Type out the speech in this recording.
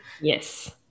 Yes